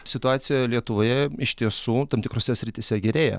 situacija lietuvoje iš tiesų tam tikrose srityse gerėja